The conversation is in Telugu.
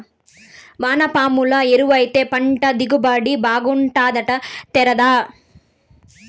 వానపాముల ఎరువేస్తే పంట దిగుబడి బాగుంటాదట తేరాదా